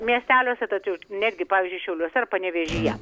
miesteliuose tačiau netgi pavyzdžiui šiauliuose ar panevėžyje